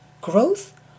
growth